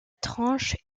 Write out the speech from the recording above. tranche